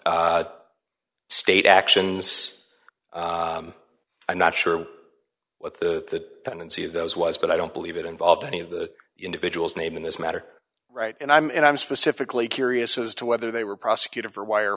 state actions i'm not sure what the tendency of those was but i don't believe it involved any of the individuals name in this matter right and i'm and i'm specifically curious as to whether they were prosecuted for wire